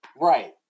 Right